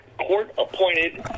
Court-appointed